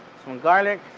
some garlic,